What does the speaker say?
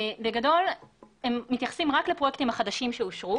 בגדול הם מתייחסים רק לפרויקטים החדשים שאושרו